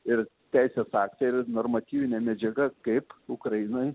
ir teisės aktai ir normatyvinė medžiaga kaip ukrainoj